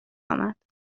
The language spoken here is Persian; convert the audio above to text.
امد